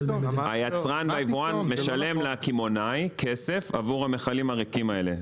היצרן והיבואן משלם לקמעונאי כסף עבור המכלים הריקים האלה.